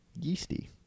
Yeasty